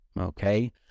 Okay